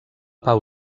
pau